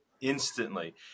instantly